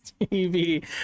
TV